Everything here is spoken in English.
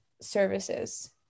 services